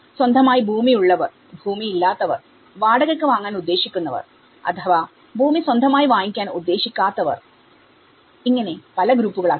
സ്വന്തമായി ഭൂമി ഉള്ളവർ ഭൂമി ഇല്ലാത്തവർവാടകക്ക് വാങ്ങാൻ ഉദ്ദേശിക്കുന്നവർ അഥവാ ഭൂമി സ്വന്തമായി വാങ്ങിക്കാൻ ഉദ്ദേശിക്കാത്തവർ ഇങ്ങനെ പല ഗ്രൂപ്പുകളാക്കി